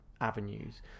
avenues